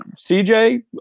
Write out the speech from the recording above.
CJ